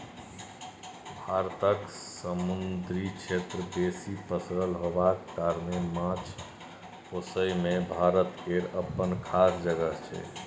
भारतक समुन्दरी क्षेत्र बेसी पसरल होबाक कारणेँ माछ पोसइ मे भारत केर अप्पन खास जगह छै